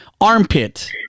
armpit